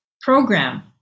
program